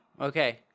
okay